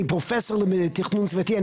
אני פרופ' לתכנון סביבתי.